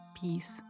peace